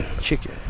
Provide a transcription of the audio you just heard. chicken